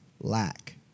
lack